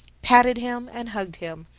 patted him and hugged him.